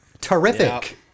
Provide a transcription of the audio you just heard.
Terrific